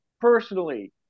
personally